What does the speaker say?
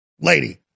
lady